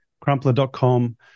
Crumpler.com